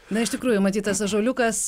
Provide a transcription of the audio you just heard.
na iš tikrųjų matyt tas ąžuoliukas